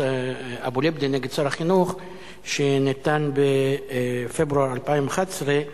אבו-לבדה נ' שרת החינוך שניתנה בפברואר 2011,